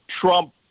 Trump